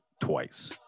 twice